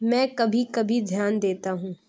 میں کبھی کبھی دھیان دیتا ہوں